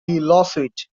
lawsuit